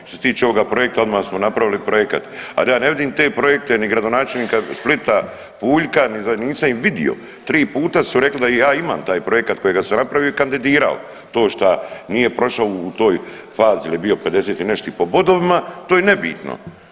Što se tiče ovoga projekta, odmah smo napravili projekat, ali ja ne vidim te projekta ni gradonačelnika Splita Puljka, ni nisam ih vidio, 3 puta su rekli da, i ja imam taj projekat kojega sam napravio i kandidirao to šta nije prošao u toj fazi jer je bio 50 i nešto po bodovima to je nebitno.